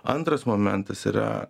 antras momentas yra